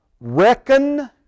reckon